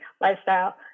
lifestyle